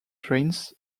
trains